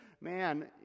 man